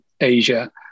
Asia